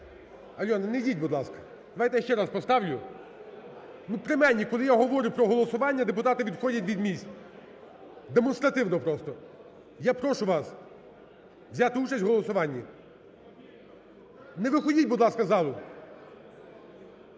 Альона, не йдіть, будь ласка. Давайте, я ще раз поставлю. Принаймні коли я говорю про голосування, депутати відходять від місць демонстративно просто. Я прошу вас взяти участь у голосуванні. Не виходіть, будь ласка, з залу.